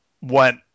went